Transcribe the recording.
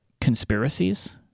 conspiracies